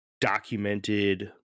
documented